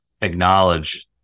acknowledge